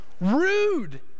rude